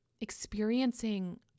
experiencing